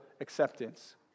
acceptance